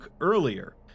earlier